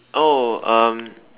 oh um